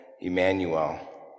Emmanuel